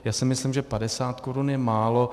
Já si myslím, že 50 korun je málo.